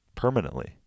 permanently